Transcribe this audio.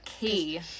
key